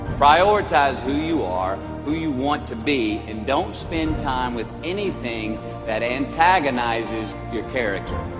prioritize who you are who you want to be and don't spend time with anything that antagonizes your character